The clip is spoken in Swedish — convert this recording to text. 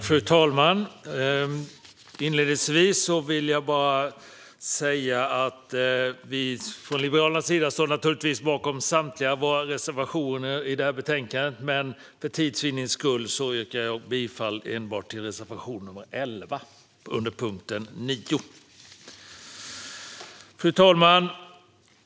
Fru talman! Inledningsvis vill jag säga att vi från Liberalerna naturligtvis står bakom samtliga våra reservationer i det här betänkandet, men för tids vinnande yrkar jag bifall enbart till reservation nr 11 under punkt 9.